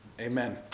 amen